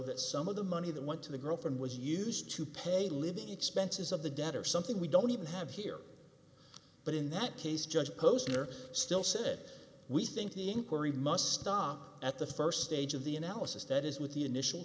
that some of the money that went to the girlfriend was used to pay living expenses of the debt or something we don't even have here but in that case judge posner still said we think the inquiry must stop at the first stage of the analysis that is with the initial